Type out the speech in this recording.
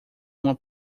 uma